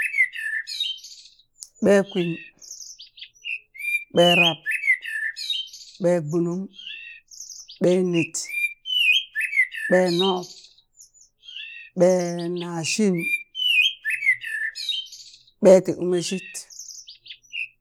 ɓee kwin, ɓee rab, ɓee gbunung, ɓee net, ɓee nob, ɓee nashin, ɓee tiumeshit.